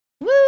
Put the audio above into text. Woo